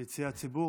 ליציע הציבור,